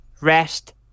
rest